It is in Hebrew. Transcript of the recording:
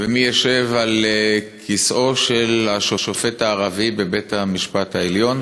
ומי ישב על כיסאו של השופט הערבי בבית-המשפט העליון,